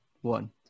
one